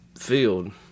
field